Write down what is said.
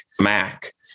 Mac